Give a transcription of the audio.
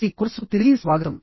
C కోర్సుకు తిరిగి స్వాగతం